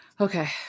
Okay